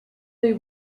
they